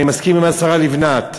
אני מסכים עם השרה לבנת,